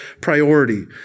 priority